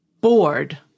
bored